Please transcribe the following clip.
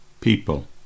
people